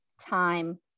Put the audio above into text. time